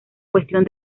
cuestión